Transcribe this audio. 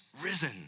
risen